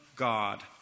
God